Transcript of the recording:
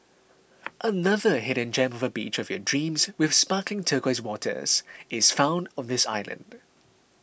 another hidden gem of a beach of your dreams with sparkling turquoise waters is found on this island